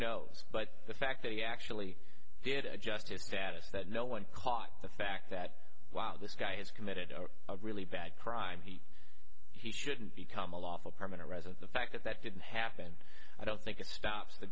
knows but the fact that he actually did adjust his status that no one caught the fact that wow this guy has committed a really bad crime he he shouldn't become a lawful permanent resident the fact that that didn't happen i don't think a spouse the